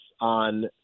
on